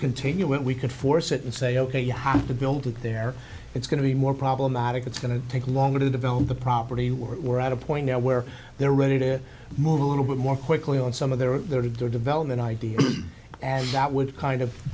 continue when we could force it and say ok you have to build it there it's going to be more problematic it's going to take longer to develop the property we're at a point now where they're ready to move a little bit more quickly on some of their their lives their development idea and that would kind of